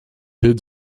did